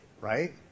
right